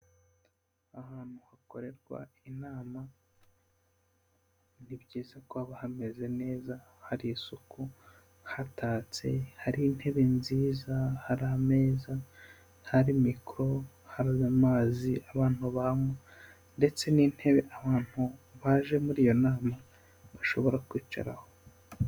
Ahantu hakorerwa inama ni byiza kuba hameze neza, hari isuku, hatatse, hari intebe nziza, hari ameza, hari mikoro, hari amazi abantu banywa, ndetse n'intebe abantu baje muri iyo nama bashobora kwicaraho.